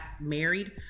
married